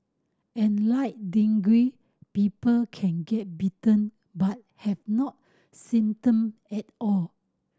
and like dengue people can get bitten but have no symptom at all